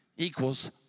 Equals